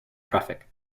traffic